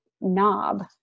knob